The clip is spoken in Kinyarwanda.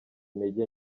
intege